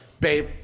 Babe